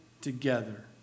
together